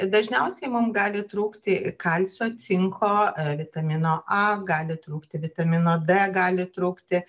dažniausiai mum gali trūkti kalcio cinko vitamino a gali trūkti vitamino d gali trūkti